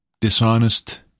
dishonest